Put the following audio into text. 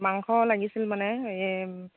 মাংস লাগিছিল মানে এই